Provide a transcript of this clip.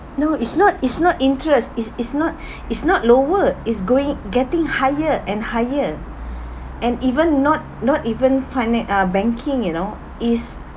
no it's not it's not interest it's it's not it's not lower it's going getting higher and higher and even not not even finan~ uh banking you know is